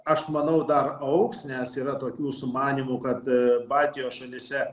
aš manau dar augs nes yra tokių sumanymų kad baltijos šalyse